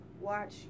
watch